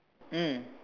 mm